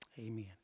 Amen